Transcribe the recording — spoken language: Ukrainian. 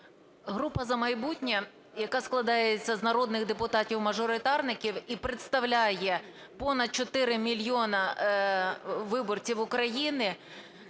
Група "За майбутнє", яка складається з народних депутатів – мажоритарників і представляє понад 4 мільйона виборців України,